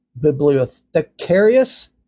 Bibliothecarius